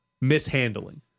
mishandling